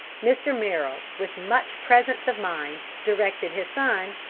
mr. merrill, with much presence of mind, directed his son,